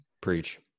preach